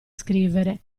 scrivere